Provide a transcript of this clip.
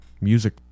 music